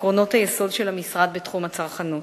עקרונות היסוד של המשרד בתחום הצרכנות.